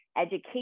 education